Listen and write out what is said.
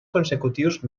consecutius